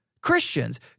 Christians